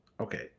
Okay